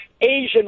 Asian